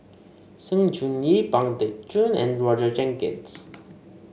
Sng Choon Yee Pang Teck Joon and Roger Jenkins